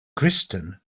kristen